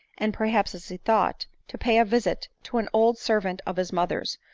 and perhaps as he thought, to pay a visit to an old ser vant of his mother's,